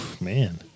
man